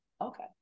okay